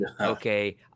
Okay